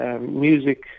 Music